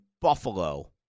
Buffalo